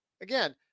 Again